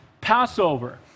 Passover